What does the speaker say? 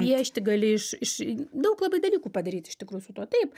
piešti gali iš iš daug labai dalykų padaryt iš tikrųjų su tuo taip